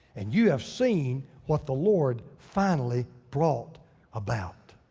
and you have seen what the lord finally brought about.